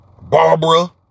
Barbara